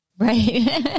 Right